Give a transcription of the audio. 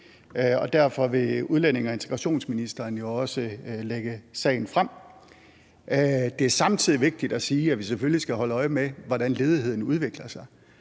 derfor vil udlændinge- og integrationsministeren jo også lægge sagen frem. Det er samtidig vigtigt at sige, at vi selvfølgelig skal holde øje med, hvordan ledigheden udvikler sig.